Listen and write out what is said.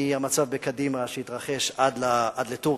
מהמצב בקדימה שהתרחש עד לטורקיה,